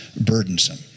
burdensome